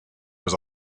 was